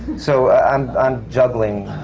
so i'm i'm juggling,